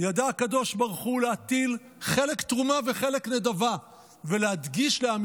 ידע הקדוש ברוך הוא להטיל חלק תרומה וחלק נדבה ולהדגיש לעם